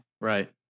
right